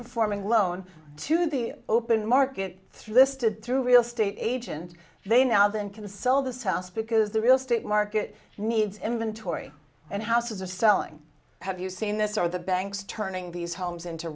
performing loan to the open market through listed through real estate agent they now than can sell this house because the real estate market needs inventory and houses of selling have you seen this are the banks turning these homes into